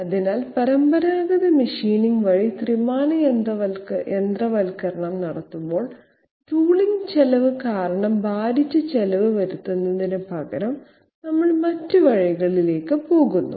അതിനാൽ പരമ്പരാഗത മെഷീനിംഗ് വഴി ത്രിമാന യന്ത്രവൽക്കരണം നടത്തുമ്പോൾ ടൂളിംഗ് ചെലവ് കാരണം ഭാരിച്ച ചെലവ് വരുത്തുന്നതിന് പകരം നമ്മൾ മറ്റ് വഴികളിലേക്ക് പോകുന്നു